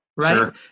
right